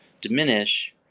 diminish